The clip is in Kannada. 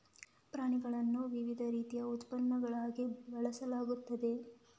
ಪ್ರಾಣಿಗಳನ್ನು ವಿವಿಧ ರೀತಿಯ ಉತ್ಪನ್ನಗಳಿಗಾಗಿ ಬೆಳೆಸಲಾಗುತ್ತದೆ